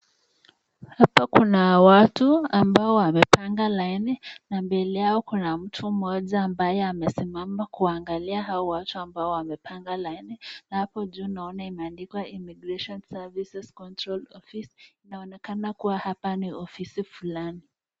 Hapa kuna watu ambao wamepanga laini na mbele yao kuna mtu mmoja ambaye amesimama kuangalia hawa watu ambao wamepanga laini na hapo juu naona imeandikwa Immigration services control office inaonekana kuwa hapa ni ofisi fulani.